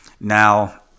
Now